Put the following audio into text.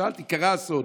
שאלתי: קרה אסון,